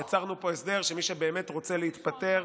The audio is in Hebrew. יצרנו פה הסדר שמי שבאמת רוצה להתפטר